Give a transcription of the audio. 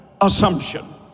assumption